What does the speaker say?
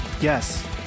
yes